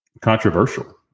controversial